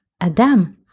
Adam